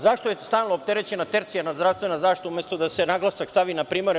Zašto je stalno opterećena tercijalna zdravstvena zaštita umesto da se naglasak stavi na primarnu.